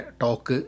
talk